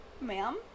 Ma'am